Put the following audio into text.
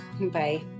Bye